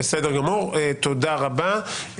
תודה רבה.